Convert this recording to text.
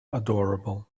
adorable